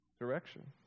direction